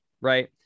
right